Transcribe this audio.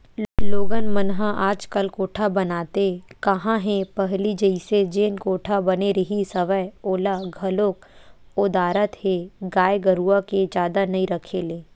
लोगन मन ह आजकल कोठा बनाते काँहा हे पहिली जइसे जेन कोठा बने रिहिस हवय ओला घलोक ओदरात हे गाय गरुवा के जादा नइ रखे ले